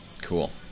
Cool